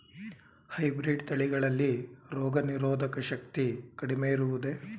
Hybrid ತಳಿಗಳಲ್ಲಿ ರೋಗನಿರೋಧಕ ಶಕ್ತಿ ಕಡಿಮೆ ಇರುವುದೇ?